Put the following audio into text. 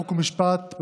חוק ומשפט,